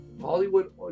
Hollywood